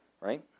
right